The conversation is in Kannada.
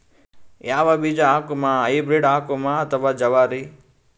ಯಾವ ಬೀಜ ಹಾಕುಮ, ಹೈಬ್ರಿಡ್ ಹಾಕೋಣ ಅಥವಾ ಜವಾರಿ?